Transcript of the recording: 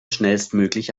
schnellstmöglich